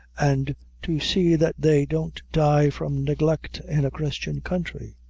and to see that they don't die from neglect in a christian country.